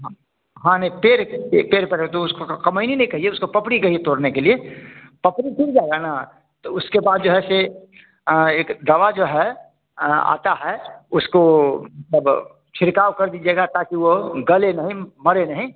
हाँहाँ नहीं पेड़ पेड़ पर है तो उसको कमयनी नहीं कहिए उसको पपड़ी कहिए तोरने के लिए पपड़ी जाएगा ना तो उसके बाद जो है सो एक दवा जो है आती है उसको तब छिड़काव कर दीजिएगा ताकि वह गले नहीं मरे नहीं